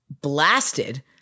blasted